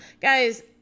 Guys